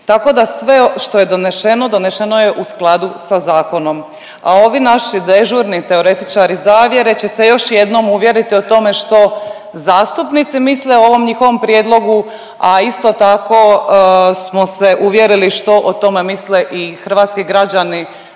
Tako da sve što je donešeno, donešeno je u skladu sa zakonom, a ovi naši dežurni teoretičari zavjere će se još jednom uvjeriti o tome što zastupnici misle o ovom njihovom prijedlogu, a isto tako smo se uvjerili što o tome misle i hrvatski građani